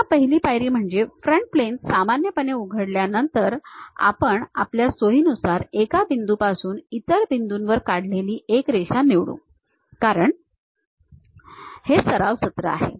पुन्हा पहिली पायरी म्हणजे फ्रंट प्लेन सामान्यपणे उघडल्यानंतर आपण आपल्या सोयीनुसार एका बिंदूपासून इतर बिंदूंवर काढलेली एक रेषा निवडू कारण हे एक सराव सत्र आहे